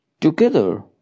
Together